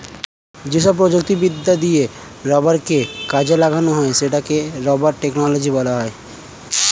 যেসব প্রযুক্তিবিদ্যা দিয়ে রাবারকে কাজে লাগানো হয় সেটাকে রাবার টেকনোলজি বলা হয়